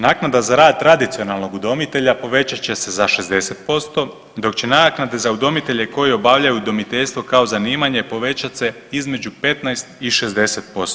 Naknada za rad tradicionalnog udomitelja, povećat će se za 60%, dok će naknade za udomitelje koji obavljaju udomiteljstvo kao zanimanje povećat se između 15 i 60%